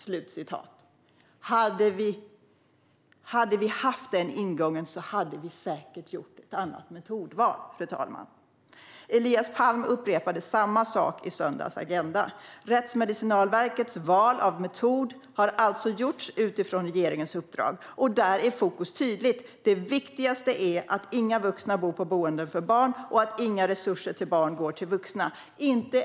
Fru talman! Hade vi haft den ingången så hade vi säkert gjort ett annat metodval. Elias Palm upprepade samma sak i söndagens Agenda . Rättsmedicinalverkets val av metod har alltså gjorts utifrån regeringens uppdrag. Där är fokus tydligt. Det viktigaste är att inga vuxna bor på boenden för barn och att inga resurser till barn går till vuxna. Fru talman!